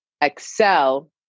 excel